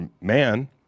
man